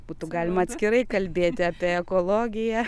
būtų galima atskirai kalbėti apie ekologiją